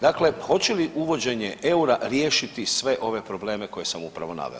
Dakle, hoće li uvođenje eura riješiti sve ove probleme koje sam upravo naveo?